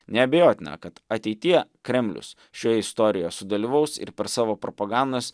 neabejotina kad ateityje kremlius šioje istorijoje sudalyvaus ir per savo propagandos